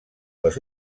les